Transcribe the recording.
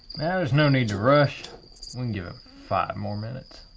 there's no need to rush. we can give him five more minutes.